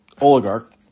oligarch